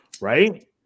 right